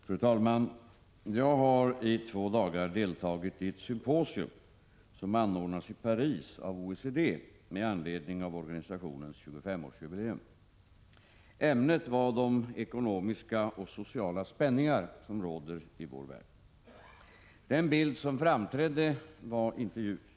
Fru talman! Jag har i två dagar deltagit i ett symposium som anordnades i Paris av OECD med anledning av organisationens 25-årsjubileum. Ämnet var de ekonomiska och sociala spänningar som råder i vår värld. Den bild som framträdde var inte ljus.